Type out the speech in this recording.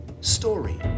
Story